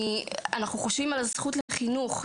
אנחנו חושבים על הזכות לחינוך,